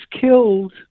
killed